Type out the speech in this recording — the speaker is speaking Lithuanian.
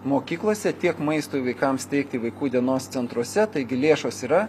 mokyklose tiek maistui vaikams teikti vaikų dienos centruose taigi lėšos yra